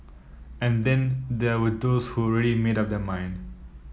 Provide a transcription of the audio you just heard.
and then there were those who already made up their mind